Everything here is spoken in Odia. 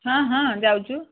ହଁ ହଁ ଯାଉଛୁ